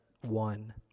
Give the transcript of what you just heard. one